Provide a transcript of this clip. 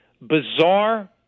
bizarre